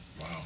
Wow